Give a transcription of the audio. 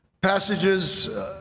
passages